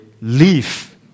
leave